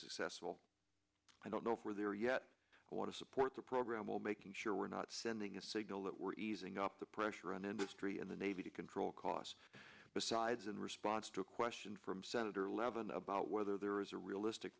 successful i don't know if we're there yet a lot of support the program will making sure we're not sending a signal that we're easing up the pressure on industry and the navy to control costs besides in response to a question from senator levin about whether there is a realistic